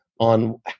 on